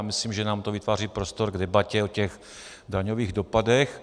Myslím, že nám to vytváří prostor k debatě o těch daňových dopadech.